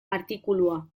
artikulua